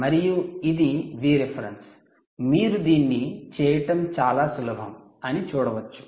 మరియు ఇది Vref మీరు దీన్ని చేయటం చాలా సులభం అని చూడవచ్చు